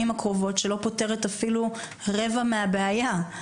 הקרובות שלא פותרת אפילו רבע מהבעיה.